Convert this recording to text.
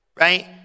right